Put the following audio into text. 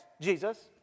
Jesus